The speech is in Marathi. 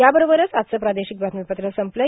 याबरोबरच आजचं प्रार्दोशक बातमीपत्र संपलं